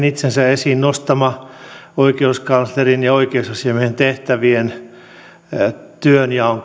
itsensä esiin nostamaan oikeuskanslerin ja oikeusasiamiehen tehtävien työnjaon